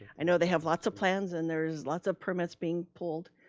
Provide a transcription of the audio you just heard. i know they have lots of plans and there's lots of permits being pulled.